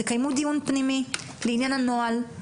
תקיימו דיון פנימי לעניין הנוהל.